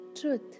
truth